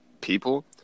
people